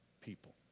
people